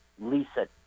Lisa